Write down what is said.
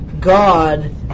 God